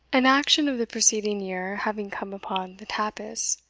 an action of the preceding year having come upon the tapis,